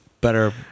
better